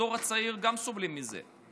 הדור הצעיר, גם סובלים מזה.